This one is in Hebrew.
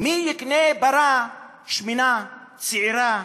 מי יקנה פרה שמנה, צעירה,